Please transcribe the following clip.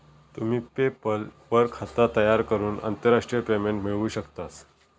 तुम्ही पेपल वर खाता तयार करून आंतरराष्ट्रीय पेमेंट मिळवू शकतास